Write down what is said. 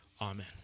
Amen